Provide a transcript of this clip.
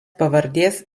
pavardės